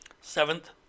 Seventh